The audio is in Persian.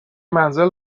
منزل